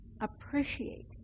appreciate